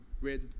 red